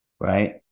Right